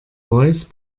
voice